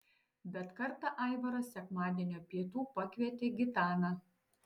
bet kartą aivaras sekmadienio pietų pakvietė gitaną